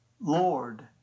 Lord